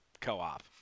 co-op